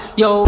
yo